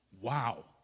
wow